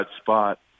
spot